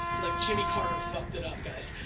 like jimmy carter fucked it up guys.